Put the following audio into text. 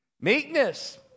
Meekness